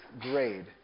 grade